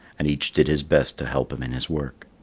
and each did his best to help him in his work.